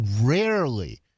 rarely